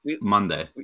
Monday